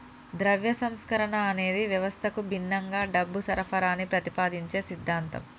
ద్రవ్య సంస్కరణ అనేది వ్యవస్థకు భిన్నంగా డబ్బు సరఫరాని ప్రతిపాదించే సిద్ధాంతం